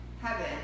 heaven